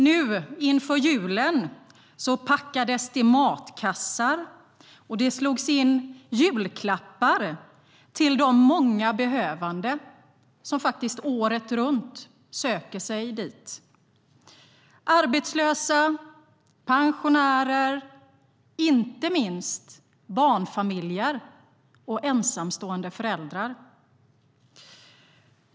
Nu inför julen packades det matkassar och slogs in julklappar till de många behövande som faktiskt året runt söker sig dit - arbetslösa, pensionärer och inte minst barnfamiljer och ensamstående föräldrar.